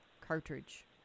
cartridge